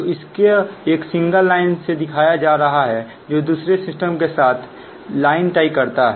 तो इसको एक सिंगल लाइन से दिखाया जा रहा है जो दूसरे सिस्टम के साथ लाइन टाइ करता है